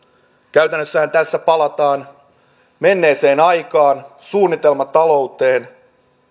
käytännössähän tässä palataan menneeseen aikaan suunnitelmatalouteen